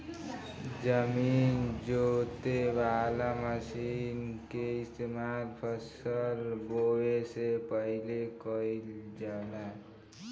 जमीन जोते वाला मशीन के इस्तेमाल फसल बोवे से पहिले कइल जाला